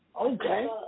Okay